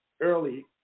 early